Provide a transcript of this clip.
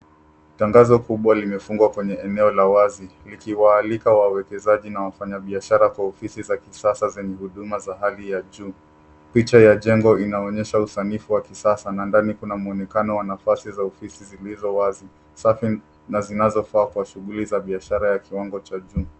Tangazo kubwa limefungwa kwenye eneo la wazi likiwaalika wawekezaji na wafanya biashara kwa ofisi za kisasa ,zenye huduma za hali ya juu. Picha ya jengo inaonyesha usanifu wa kisasa, na ndani kuna muonekano wa nafasi za ofisi ,zilizo wazi .Safi na zinazofaa kwa biashara ya kiwango cha juu.